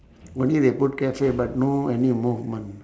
only they put cafe but no any movement